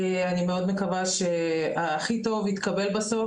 אני מאוד מקווה שההכי טוב יתקבל בסוף,